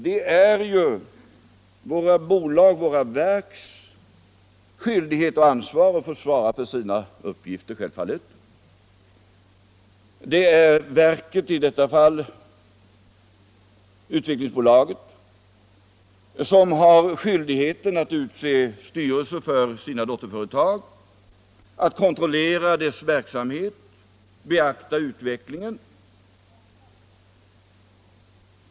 Det är självfallet våra bolags, våra verks skyldighet att ansvara för sina uppgifter. Det är verket — i detta fall Utvecklingsbolaget — som har skyldighet att utse styrelser i sina dotterföretag, att kontrollera deras verksamhet och beakta utvecklingen.